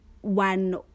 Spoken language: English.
one